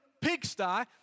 pigsty